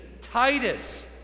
Titus